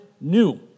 new